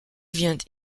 vient